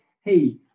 hey